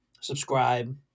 subscribe